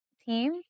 team